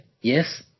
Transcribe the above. yes